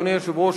אדוני היושב-ראש,